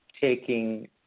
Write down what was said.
taking